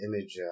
image